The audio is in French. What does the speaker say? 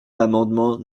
l’amendement